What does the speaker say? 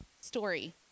story